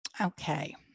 Okay